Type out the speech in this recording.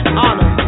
Honor